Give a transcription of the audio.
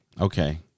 okay